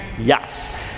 Yes